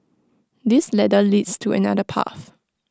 this ladder leads to another path